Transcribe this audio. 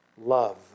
Love